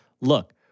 Look